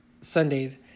Sundays